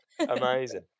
Amazing